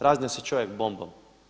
Raznio se čovjek bombom.